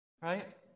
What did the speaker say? right